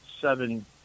seven